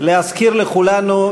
להזכיר לכולנו,